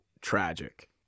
tragic